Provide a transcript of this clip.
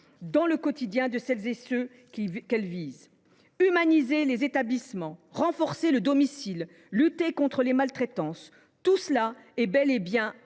dans le quotidien de ceux qu’elles visent. Humaniser les établissements, renforcer le domicile, lutter contre les maltraitances, tout cela est bel et bien